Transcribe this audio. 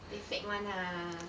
they fake [one] ah